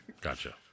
Gotcha